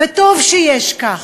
וטוב שכך.